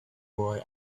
boy